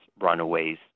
runaways